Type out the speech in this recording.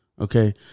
Okay